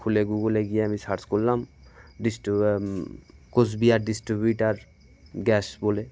খুলে গুগলে গিয়ে আমি সার্চ করলাম ডিস্র কোচবিহার ডিস্ট্রিবিউটার গ্যাস বলে